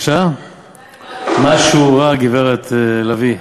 משהו רע, גברת לביא.